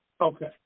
Okay